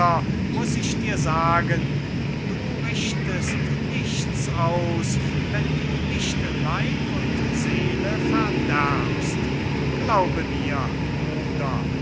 muß ich dir sagen du richtest nichts aus wenn du nicht leib und seele verderbst glaube mir bruder